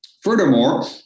Furthermore